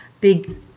big